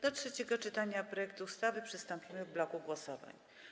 Do trzeciego czytania projektu ustawy przystąpimy w bloku głosowań.